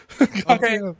Okay